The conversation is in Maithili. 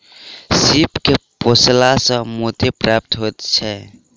सीप के पोसला सॅ मोती प्राप्त होइत छै